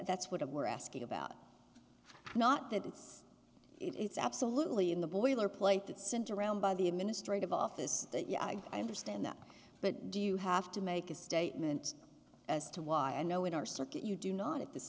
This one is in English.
that's what have we're asking about not that it's it's absolutely in the boilerplate that sent around by the administrative office that yeah i understand that but do you have to make a statement as to why i know in our circuit you do not at this